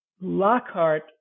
Lockhart